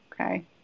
Okay